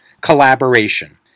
collaboration